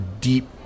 deep